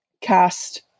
cast